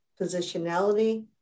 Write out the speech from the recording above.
positionality